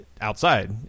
outside